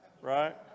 right